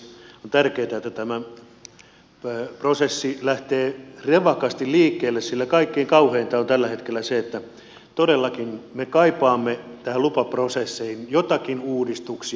on tärkeätä että tämä prosessi lähtee rivakasti liikkeelle sillä kaikkein kauheinta on tällä hetkellä se todellakin että me kaipaamme näihin lupaprosesseihin joitakin uudistuksia